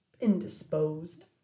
indisposed